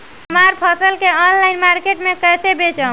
हमार फसल के ऑनलाइन मार्केट मे कैसे बेचम?